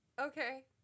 okay